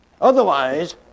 Otherwise